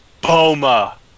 Boma